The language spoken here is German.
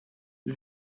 sie